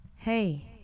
Hey